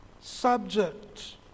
subject